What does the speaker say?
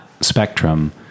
spectrum